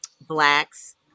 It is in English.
Blacks